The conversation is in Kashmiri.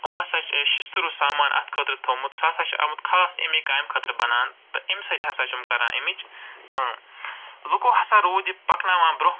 یِموٚو ہسا چھُ اسہِ شِشتٕروٗ سامان اَتھ خٲطرٕ تھوٚومُت سُہ ہسا چھُ آمُت خاص اَمیٚے کامہِ خٲطرٕ بَناونہٕ تہٕ اَمہِ سۭتۍ ہسا چھِ یِم کران اَمِچ کٲم لوکوٚو ہسا روٗد یہِ پَکناوان برٛونٛہہ